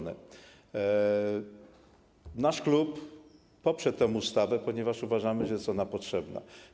Nasz klub poprze tę ustawę, ponieważ uważamy, że jest ona potrzebna.